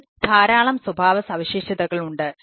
വീണ്ടും ധാരാളം സ്വഭാവസവിശേഷതകൾ ഉണ്ട്